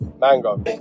Mango